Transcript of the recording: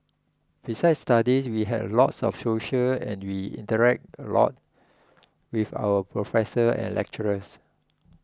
besides studies we had a lot of socials and we interacted a lot with our professors and lecturers